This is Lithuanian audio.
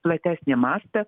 platesnį mastą